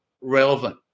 relevant